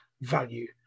value